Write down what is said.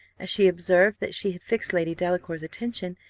as she observed that she had fixed lady delacour's attention,